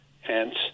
Hence